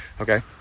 okay